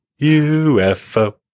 UFO